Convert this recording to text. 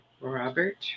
Robert